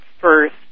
first